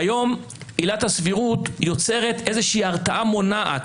עילת הסבירות יוצרת היום איזושהי הרתעה מונעת,